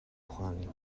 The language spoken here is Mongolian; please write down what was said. ухааныг